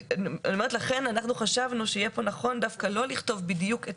לכן חשבנו שיהיה נכון פה לא לכתוב בדיוק את